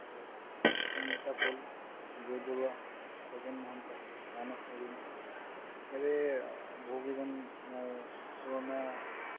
আৰু কি অমিতাভ পল বিজয় বৰুৱা খগেন মহন্ত মানস প্ৰতিম ইয়াৰে বহু কেইজন আমাৰ পুৰণা